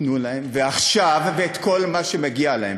תיתנו להם, ועכשיו, ואת כל מה שמגיע להם.